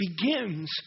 begins